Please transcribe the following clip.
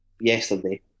yesterday